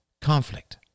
conflict